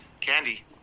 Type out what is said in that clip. candy